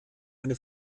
eine